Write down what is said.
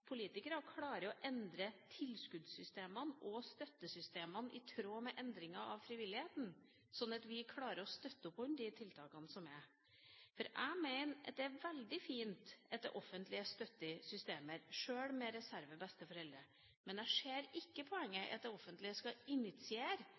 politikere klarer å endre tilskuddssystemene og støttesystemene i tråd med endringa i frivilligheten, sånn at vi klarer å støtte opp om de tiltakene som er. Jeg mener at det er veldig fint at det offentlige støtter systemer, sjøl med reservebesteforeldre, men jeg ser ikke poenget